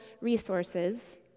resources